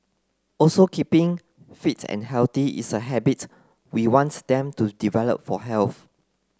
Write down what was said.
also keeping fit and healthy is a habit we want them to develop for